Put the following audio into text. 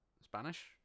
Spanish